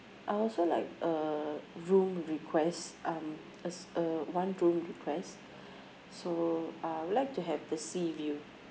I also like uh room request um as a one room request so I would like to have the sea view